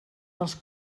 dels